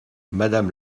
madame